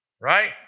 right